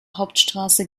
hauptstraße